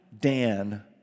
Dan